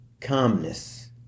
calmness